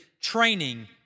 training